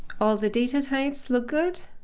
all the data types look good,